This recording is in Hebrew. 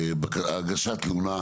של הגשת תלונה.